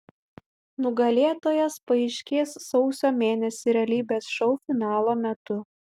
nugalėtojas paaiškės sausio mėnesį realybės šou finalo metu